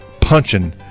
punching